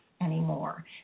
anymore